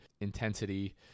intensity